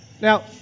Now